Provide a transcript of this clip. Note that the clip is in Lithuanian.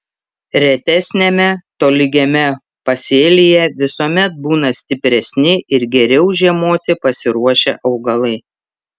retesniame tolygiame pasėlyje visuomet būna stipresni ir geriau žiemoti pasiruošę augalai